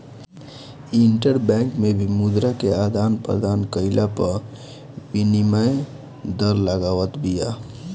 interbank भी मुद्रा के आदान प्रदान कईला पअ विनिमय दर लगावत बिया